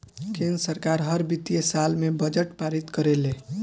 केंद्र सरकार हर वित्तीय साल में बजट पारित करेले